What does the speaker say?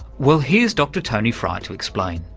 well, here's dr tony fry to explain.